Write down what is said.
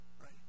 right